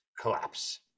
collapse